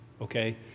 Okay